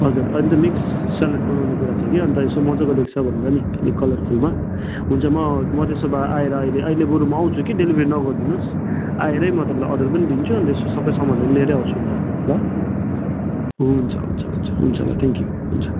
हजुर अन्त mixed salad बनाउने कुरा छ कि अन्त यसो मजाको देख्छ भनेर नि अलिक कलरफुलमा हुन्छ म म त्यसो भए आएर अहिले अहिले बरू आउँछु कि डेलिभरी नगरिदिनु होस् आएरै म तपाईँलाई अर्डर पनि दिन्छु अन्त यसको सबै सामानहरू लिएरै आउँछु नि त ल हुन्छ हुन्छ हुन्छ हुन्छ ल थ्याङ्क्यु हुन्छ